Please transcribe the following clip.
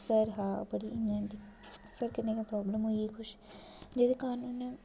sir हा पर sir कन्नै थोह्ड़ी प्राब्लम किश होई जेह्दे कारण उ'न्नै